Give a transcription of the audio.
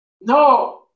no